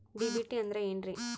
DBT ಅಂದ್ರ ಏನ್ರಿ?